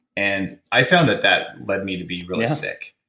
and i found that that led me to be really sick.